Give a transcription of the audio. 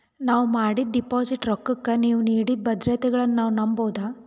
ನಾವು ಮಾಡಿದ ಡಿಪಾಜಿಟ್ ರೊಕ್ಕಕ್ಕ ನೀವು ನೀಡಿದ ಭದ್ರತೆಗಳನ್ನು ನಾವು ನಂಬಬಹುದಾ?